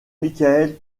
michael